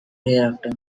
hereafter